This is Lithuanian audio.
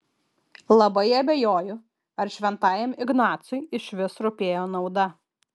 labai abejoju ar šventajam ignacui išvis rūpėjo nauda